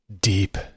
deep